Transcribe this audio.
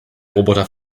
roboter